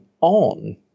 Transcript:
on